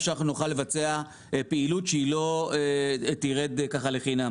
שנוכל לבצע פעילות שהיא לא תרד לטמיון.